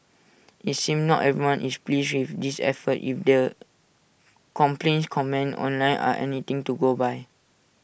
IT seems not everyone is pleased with this effort if the complaints comments online are anything to go by